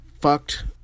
Fucked